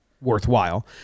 worthwhile